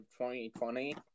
2020